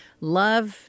love